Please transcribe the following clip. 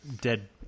dead